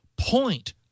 point